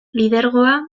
lidergoa